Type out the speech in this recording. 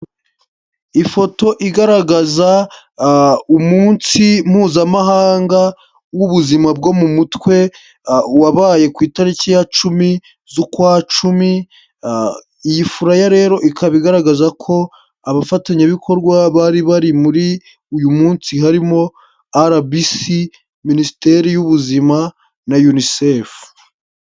Ifoto igaragaza umunsi mpuzamahanga w'ubuzima bwo mu mutwe wabaye ku itariki ya cumi z'ukwacumi, iyi furaya rero ikaba igaragaza ko, abafatanyabikorwa bari bari muri uyu munsi harimo RBC, Minisiteri y'ubuzima na UNICEF.